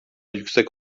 yüksek